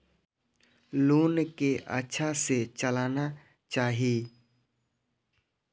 Loan के अच्छा से चलाना चाहि?